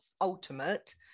ultimate